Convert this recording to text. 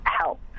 help